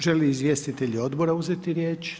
Žele li izvjestitelji odbora uzeti riječ?